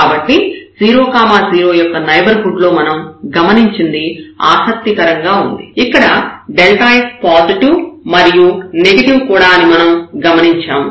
కాబట్టి 0 0 యొక్క నైబర్హుడ్ లో మనం గమనించింది ఆసక్తికరంగా ఉంది ఇక్కడ f పాజిటివ్ మరియు నెగెటివ్ కూడా అని మనం గమనించాము